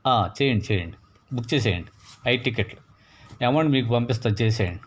ఆ చేయండి చేయండి బుక్ చేసేయండి ఐదు టికెట్లు ఏమౌంటు మీకు పంపిస్తా చేసేయండి